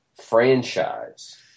franchise